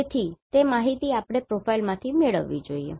તેથી તે માહિતી આપણે પ્રોફાઇલમાંથી મેળવવી જોઈએ